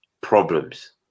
problems